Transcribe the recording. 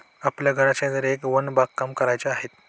आपल्या घराशेजारी एक वन बागकाम करायचे आहे